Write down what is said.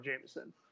Jameson